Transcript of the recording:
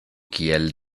kiel